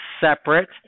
separate